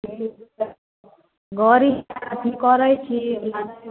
गाड़ी ठिक छै गाड़ी कहाँदन करैत छी भाड़ा दिऔ